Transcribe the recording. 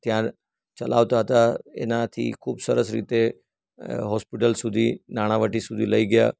ત્યાં ચલાવતા હતા એનાથી ખૂબ સરસ રીતે હોસ્પિટલ સુધી નાણાવટી સુધી લઈ ગયા